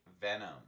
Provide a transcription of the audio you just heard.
Venom